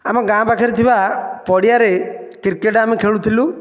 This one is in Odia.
ଆମ ଗାଁ ପାଖରେ ଥିବା ପଡ଼ିଆରେ କ୍ରିକେଟ୍ ଆମେ ଖେଳୁଥିଲୁ